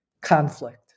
conflict